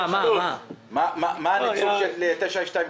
אני יותר משנתיים וחצי עובד.